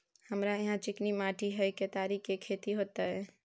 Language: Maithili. हमरा यहाँ चिकनी माटी हय केतारी के खेती होते?